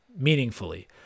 meaningfully